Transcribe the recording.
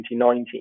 2019